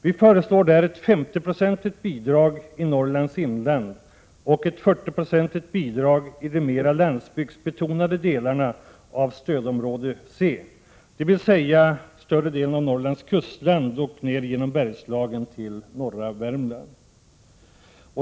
Vi föreslår där ett 50-procentigt bidrag till Norrlands inland och ett 40-procentigt bidrag till de mera landsbygdsbetonade delarna av stödområde C, dvs. större delen av Norrlands kustland ner genom Bergslagen till norra Värmland.